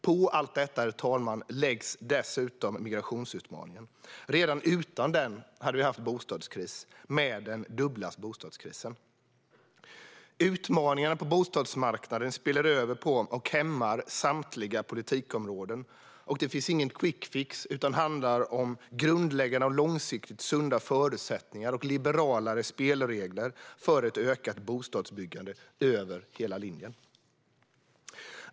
På allt detta läggs dessutom migrationsutmaningen. Redan utan den hade vi haft bostadskris; med den dubblas bostadskrisen. Utmaningarna på bostadsmarknaden spiller över på, och hämmar, samtliga politikområden. Det finns ingen quickfix, utan det handlar om grundläggande och långsiktigt sunda förutsättningar och liberalare spelregler för ett ökat bostadsbyggande över hela linjen.